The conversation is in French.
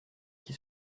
qui